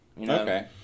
Okay